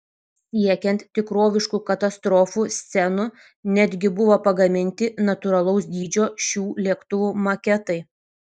siekiant tikroviškų katastrofų scenų netgi buvo pagaminti natūralaus dydžio šių lėktuvų maketai